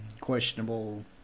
Questionable